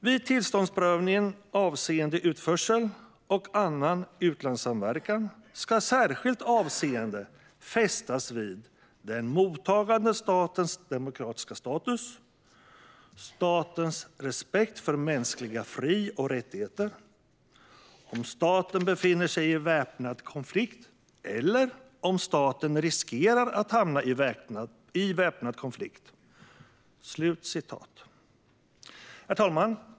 Vid tillståndsprövningen avseende utförsel och annan utlandssamverkan ska särskilt avseende fästas vid den mottagande statens demokratiska status, statens respekt för mänskliga fri och rättigheter, om staten befinner sig i väpnad konflikt eller om staten riskerar att hamna i en väpnad konflikt." Herr talman!